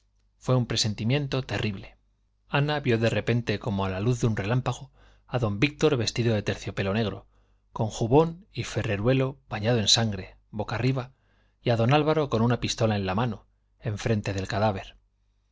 fue un presentimiento terrible ana vio de repente como a la luz de un relámpago a don víctor vestido de terciopelo negro con jubón y ferreruelo bañado en sangre boca arriba y a don álvaro con una pistola en la mano enfrente del cadáver